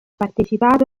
partecipato